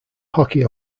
hockey